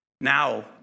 Now